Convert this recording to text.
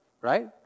right